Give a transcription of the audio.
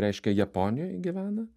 reiškia japonijoj gyvena